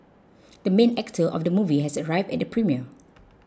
the main actor of the movie has arrived at the premiere